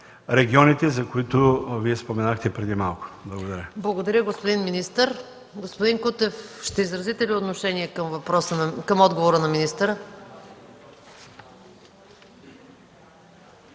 регионите, за които Вие споменахте преди малко. Благодаря Ви. ПРЕДСЕДАТЕЛ МАЯ МАНОЛОВА: Благодаря, господин министър. Господин Кутев, ще изразите ли отношение към отговора на министъра?